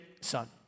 son